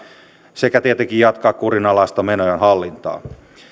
sekä tietenkin jatkaa kurinalaista menojen hallintaa